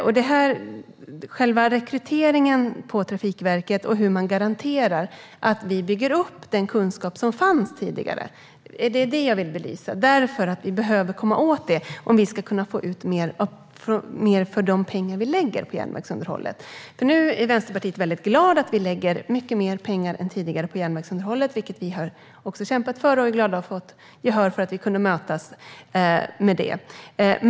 Jag vill belysa själva rekryteringen till Trafikverket och hur kunskapen som fanns tidigare byggs upp. Vi behöver komma åt kunskapen om vi ska få ut mer för de pengar vi lägger på järnvägsunderhållet. Vi i Vänsterpartiet är glada för att mycket mer pengar än tidigare läggs på järnvägsunderhållet, vilket vi har kämpat för. Vi är glada för att vi har fått gehör och har kunnat mötas i frågan.